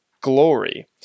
glory